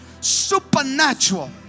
Supernatural